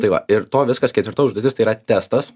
tai va ir to viskas ketvirta užduotis tai yra testas